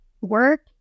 work